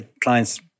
clients